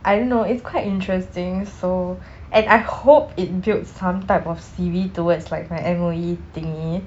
I don't know it's quite interesting so and I hope it builds some type of C_V towards like my M_O_E thingy